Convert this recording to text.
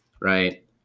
right